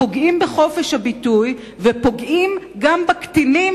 הפוגעים בחופש הביטוי ופוגעים גם בקטינים,